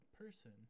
person